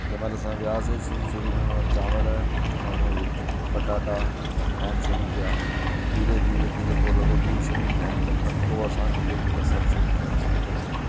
जंहिंमहिल असां वियासीं शुरू शुरु में मां चांवर ऐं उहे पटाटा ठाहिणु शुरू कया धीरे धीरे धीरे पो लॻो ॿियूं शयूं बि ठाइण खपनि पोइ असां धीरे धीरे सब शयूं ठाहिण शुरू करे छॾियूं